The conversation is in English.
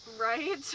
Right